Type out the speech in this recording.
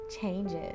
changes